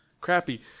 crappy